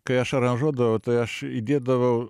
kai aš aranžuodavau tai aš įdėdavau